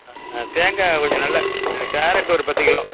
தேங்காய் கொஞ்சம் நல்ல கேரட் ஒரு பத்து கிலோ